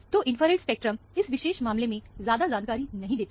तो infrared spectrum इस विशेष मामले में ज्यादा जानकारी नहीं देता है